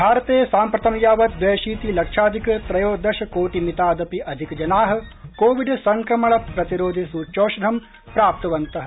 भारते साम्प्रतं यावत् द्वयशीति लक्षाधिक त्रयोदश कोटिमितादपि अधिकजनाः कोविड संक्रमण प्रतिरोधि सूच्यौषधं प्राप्तवन्तः